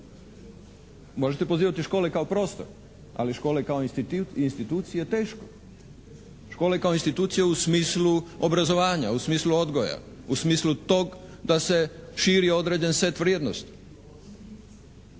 Možete pozivati škole kao prostor, ali škole kao institucije teško. Škole kao institucije u smislu obrazovanja, u smislu odgoja, u smislu tog da se širi određen set vrijednosti.